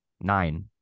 nine